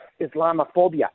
Islamophobia